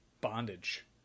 bondage